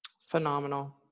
Phenomenal